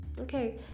Okay